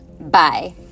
Bye